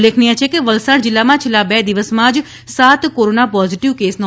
ઉલ્લેખનીય છે કે વલસાડ જિલ્લામાં છેલ્લા બે દિવસમાં જ સાત કોરોના પોઝીટીવ કેસ નોંધાયા છે